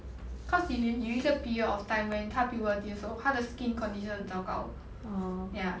cause 有有有一个 period of time when 他 puberty 的时候他的 skin condition 很糟糕 ya